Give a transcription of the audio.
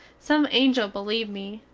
some angel beleeve me,